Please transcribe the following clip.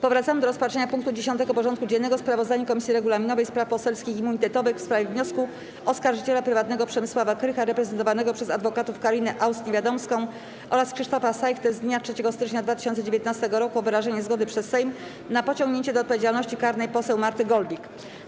Powracamy do rozpatrzenia punktu 10. porządku dziennego: Sprawozdanie Komisji Regulaminowej, Spraw Poselskich i Immunitetowych w sprawie wniosku oskarżyciela prywatnego Przemysława Krycha reprezentowanego przez adwokatów Karinę Aust-Niewiadomską oraz Krzysztofa Sajchtę z dnia 3 stycznia 2019 r. o wyrażenie zgody przez Sejm na pociągnięcie do odpowiedzialności karnej poseł Marty Golbik.